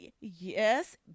yes